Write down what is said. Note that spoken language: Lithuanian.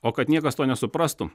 o kad niekas to nesuprastų